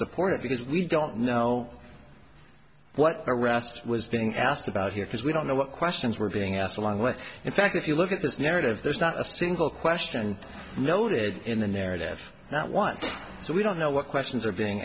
support it because we don't know what arrest was being asked about here because we don't know what questions were being asked a long way in fact if you look at this narrative there's not a single question noted in the narrative that one so we don't know what questions are being